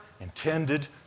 intended